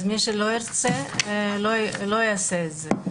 אז מי שלא ירצה לא יעשה את זה.